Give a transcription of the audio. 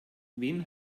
wen